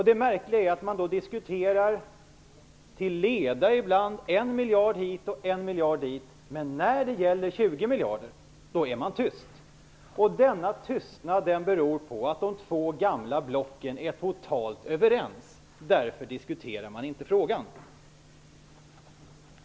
Det märkliga är att man diskuterar, ibland till leda, 1 miljard hit och 1 miljard dit, men när det gäller 20 miljarder är man tyst. Denna tystnad beror på att de två gamla blocken är totalt överens - därför diskuterar man inte frågan.